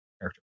character